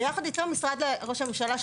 ויחד איתו משרד ראש הממשלה,